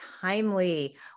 timely